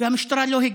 והמשטרה לא הגיעה.